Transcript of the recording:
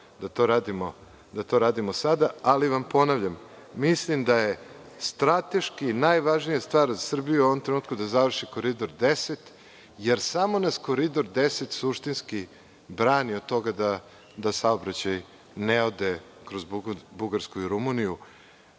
da to radimo sada. Ponavljam vam, mislim da je strateški najvažnija stvar za Srbiju u ovom trenutku da završi Koridor 10, jer samo nas Koridor 10. suštinski brani od toga da saobraćaj ne ode kroz Bugarsku i Rumuniju,